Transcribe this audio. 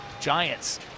Giants